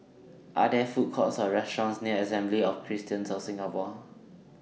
Are There Food Courts Or restaurants near Assembly of Christians of Singapore